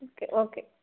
okay okay